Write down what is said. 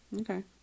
Okay